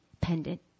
pendant